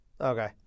Okay